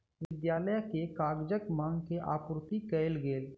विद्यालय के कागजक मांग के आपूर्ति कयल गेल